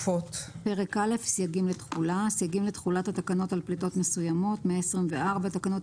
124.סייגים לתחולת התקנות על פליטות מסוימות תקנות